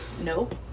Nope